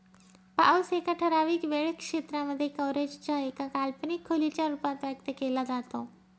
पाऊस एका ठराविक वेळ क्षेत्रांमध्ये, कव्हरेज च्या एका काल्पनिक खोलीच्या रूपात व्यक्त केला जातो